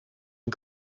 een